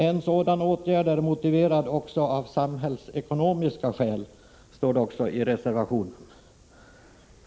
En sådan åtgärd är motiverad också av samhällsekonomiska skäl, står det i reservationen.